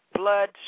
Blood